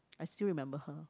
I still remember her